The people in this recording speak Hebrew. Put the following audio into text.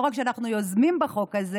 לא רק שאנחנו יוזמים בחוק הזה